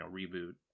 reboot